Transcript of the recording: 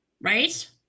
Right